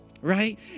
right